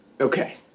Okay